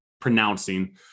pronouncing